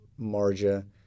marja